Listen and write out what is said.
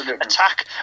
attack